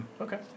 Okay